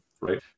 right